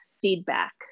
feedback